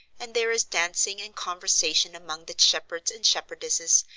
and there is dancing and conversation among the shepherds and shepherdesses,